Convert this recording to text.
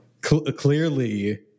clearly